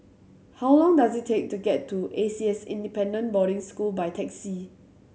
how long does it take to get to A C S Independent Boarding School by taxi